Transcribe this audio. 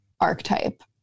archetype